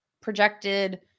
projected